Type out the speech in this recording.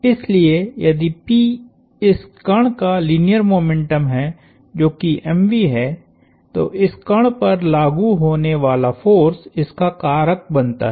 इसलिए यदि P इस कण का लीनियर मोमेंटम है जो कि है तो इस कण पर लागु होने वाला फोर्स इसका कारक बनता है